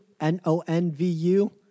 n-o-n-v-u